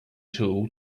tool